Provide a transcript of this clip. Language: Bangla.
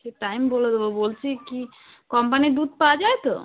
সে টাইম বলে দেবো বলছি কী কম্পানির দুধ পাওয়া যায় তো